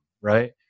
Right